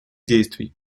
действий